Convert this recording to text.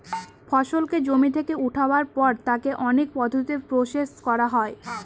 ফসলকে জমি থেকে উঠাবার পর তাকে অনেক পদ্ধতিতে প্রসেস করা হয়